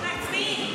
מצביעים, מצביעים.